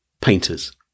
Painters